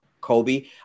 Kobe